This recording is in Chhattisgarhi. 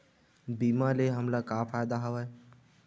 बीमा ले हमला का फ़ायदा हवय?